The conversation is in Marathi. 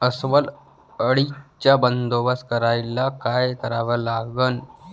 अस्वल अळीचा बंदोबस्त करायले काय करावे लागन?